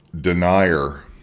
denier